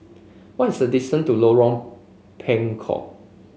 what is the distance to Lorong Bengkok